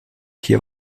hier